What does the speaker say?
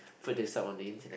put this up on the internet